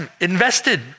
invested